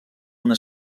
una